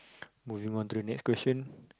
moving onto the next question